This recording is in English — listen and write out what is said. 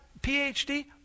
PhD